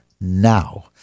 now